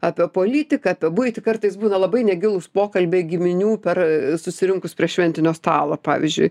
apie politiką apie buitį kartais būna labai negilūs pokalbiai giminių per susirinkus prie šventinio stalo pavyzdžiui